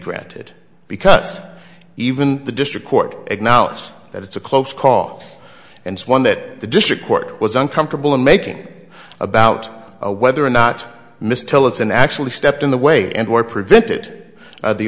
granted because even the district court acknowledged that it's a close call and one that the district court was uncomfortable in making about whether or not miss tillotson actually stepped in the way and or prevented